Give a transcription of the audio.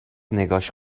نگاش